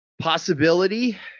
possibility